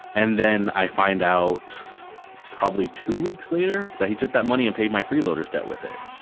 and then i find out probably two weeks later that he took that money and paid my freeloader's debt with it.